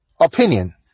opinion